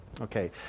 Okay